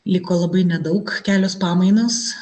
liko labai nedaug kelios pamainos